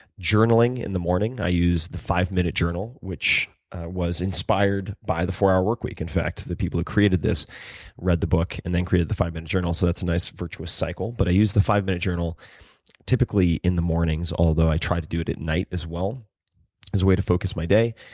journaling in the morning, i use the five minute journal, which was inspired by the four hour work week, in fact the people who created this read the book and then created the five minute journal, so that's a nice virtuous cycle. but i use the five minute journal typically in the mornings, although i try to do it at night as well as a way to focus my day.